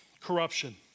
corruption